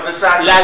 La